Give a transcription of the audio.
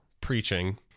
preaching